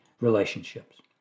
relationships